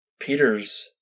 Peters